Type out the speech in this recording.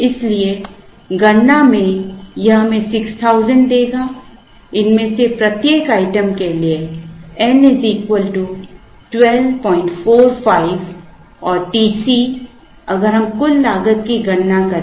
इसलिए गणना में यह 6000 हमें देगा इनमें से प्रत्येक आइटम के लिए n 1245 और TC अगर हम कुल लागत की गणना करें